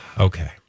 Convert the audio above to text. Okay